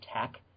tech